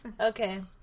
Okay